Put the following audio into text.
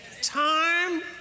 Time